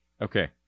Okay